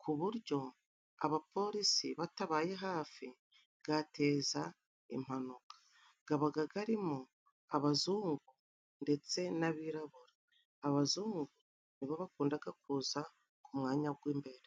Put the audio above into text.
k'uburyo abapolisi batabaye hafi gatezaga impanuka. Gabaga garimo abazungu ndetse n'abirabura. Abazungu nibo bakundaga kuza ku mwanya gw'imbere